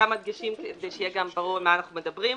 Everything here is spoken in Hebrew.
כמה דגשים כדי שיהיה גם ברור על מה אנחנו מדברים.